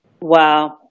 Wow